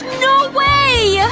no way!